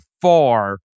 far